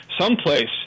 someplace